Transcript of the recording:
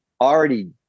already